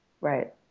right